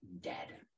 dead